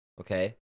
okay